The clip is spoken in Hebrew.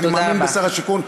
אני מאמין בשר השיכון,